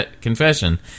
confession